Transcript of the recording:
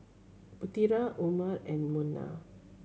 Putera Umar and Munah